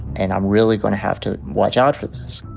and i'm really gonna have to watch out for this.